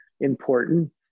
important